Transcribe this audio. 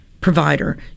provider